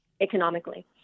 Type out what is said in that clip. economically